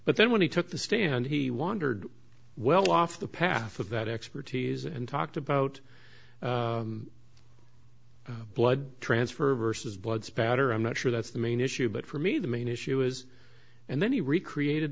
but then when he took the stand he wandered well off the path of that expertise and talked about blood transfer versus blood spatter i'm not sure that's the main issue but for me the main issue is and then he recreate